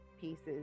pieces